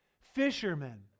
Fishermen